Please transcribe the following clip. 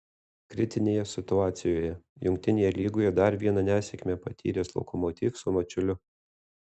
kritinėje situacijoje jungtinėje lygoje dar vieną nesėkmę patyręs lokomotiv su mačiuliu